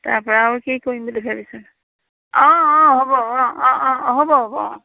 তাৰপৰা আৰু কি কৰিম বুলি ভাবিছ অঁ অঁ হ'ব অঁ অঁ অঁ হ'ব হ'ব অঁ